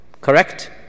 correct